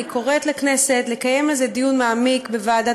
אני קוראת לכנסת לקיים על זה דיון מעמיק בוועדת